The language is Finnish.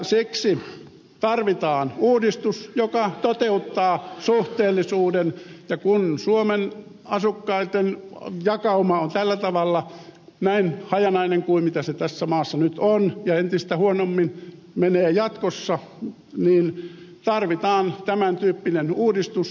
siksi tarvitaan uudistus joka toteuttaa suhteellisuuden ja kun suomen asukkaitten jakauma on tällä tavalla näin hajanainen kuin mitä se tässä maassa nyt on ja entistä huonommin menee jatkossa niin tarvitaan tämän tyyppinen uudistus